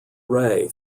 ray